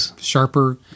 sharper